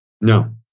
No